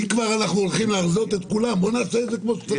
אם כבר אנחנו הולכים להרזות את כולם בואו נעשה את זה כפי שצריך.